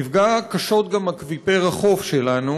נפגע קשות גם אקוויפר החוף שלנו,